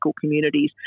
communities